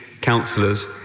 councillors